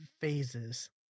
phases